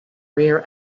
rear